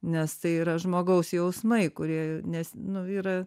nes tai yra žmogaus jausmai kurie nes nu yra